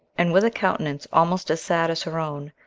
and with a countenance almost as sad as her own,